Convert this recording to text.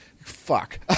fuck